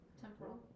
temporal